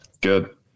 good